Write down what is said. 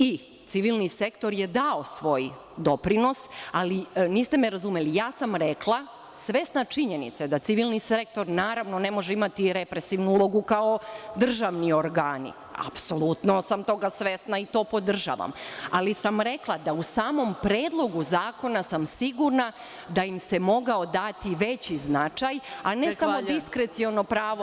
I, civilni sektor je dao svoj doprinos, ali niste me razumeli, ja sam rekla, svesna činjenice da civilni sektor ne može imati i represivnu ulogu kao državni organi, apsolutno sam toga svesna i to podržavam, ali sam rekla da u samom Predlogu zakona sam sigurna da im se mogao dati veći značaj, a ne samo diskreciono pravo…